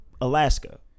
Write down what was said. Alaska